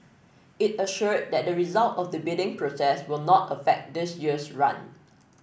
it assured that the result of the bidding process will not affect this year's run